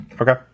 Okay